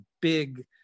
big